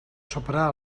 superar